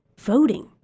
voting